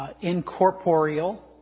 incorporeal